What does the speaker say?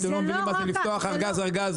אתם לא מבינים מה זה לפתוח ארגז ארגז